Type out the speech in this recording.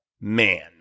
man